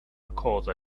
because